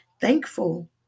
Thankful